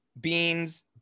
beans